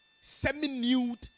semi-nude